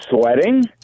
Sweating